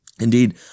Indeed